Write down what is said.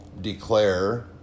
declare